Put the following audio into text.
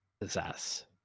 possess